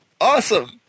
Awesome